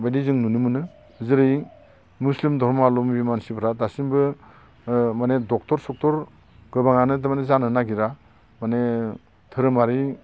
बायदि जों नुनो मोनो जेरै मुस्लिम धर्म आलमनि मानसिफ्रा दासिमबो ओ माने ड'क्टर सखथर गोबाङानो थारमाने जानो नागिरा माने धोरोमारि